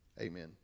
Amen